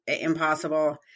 impossible